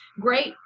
great